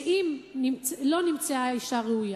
שאם לא נמצאה האשה הראויה,